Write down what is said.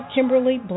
Kimberly